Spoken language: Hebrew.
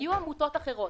היו עמותות אחרות.